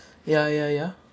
ya ya ya